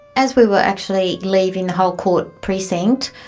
as we were actually leaving the whole court precinct,